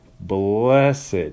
Blessed